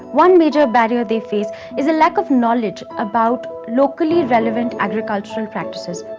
one major barrier they face is a lack of knowledge about locally relevant agricultural practices.